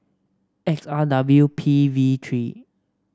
X R W P B three